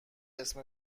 اسم